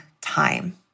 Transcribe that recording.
time